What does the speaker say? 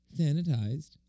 Sanitized